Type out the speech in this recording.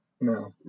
No